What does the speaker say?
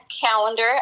calendar